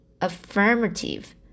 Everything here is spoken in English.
affirmative